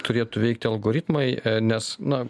turėtų veikti algoritmai nes na